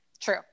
True